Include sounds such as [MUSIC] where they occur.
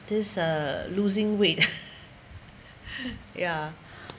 this uh losing weight [LAUGHS] ya